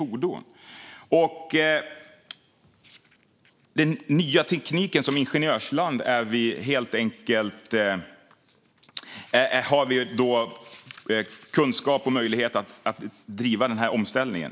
Men ny teknik har vi, som ingenjörsland, kunskap och möjlighet att driva den omställningen.